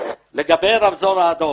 גרימת פגיעה בנפש.